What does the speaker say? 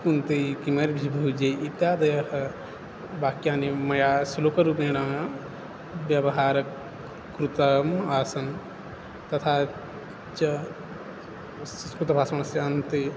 कुन्ति किमेभिर्भुजैः इत्यादयः वाक्यानि मया श्लोकरूपेण व्यवहारः कृतम् आसन् तथा च संस्कृतभाषणस्यान्ते